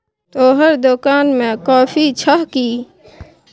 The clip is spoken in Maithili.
तोहर दोकान मे कॉफी छह कि?